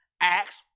Acts